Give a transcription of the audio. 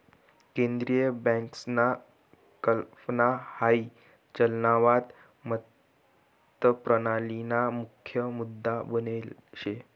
केंद्रीय बँकसना कल्पना हाई चलनवाद मतप्रणालीना मुख्य मुद्दा बनेल शे